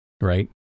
right